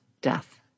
death